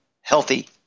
healthy